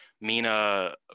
Mina